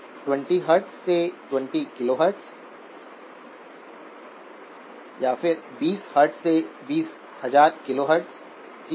20 hertz से 20 kilohertz 20 hertz से 20000 hertz ठीक है